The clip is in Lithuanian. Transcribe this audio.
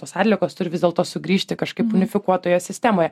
tos atliekos turi vis dėlto sugrįžti kažkaip unifikuotoje sistemoje